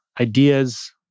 ideas